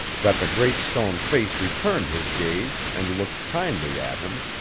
that the great stone face returned his gaze and looked kindly at him,